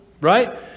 right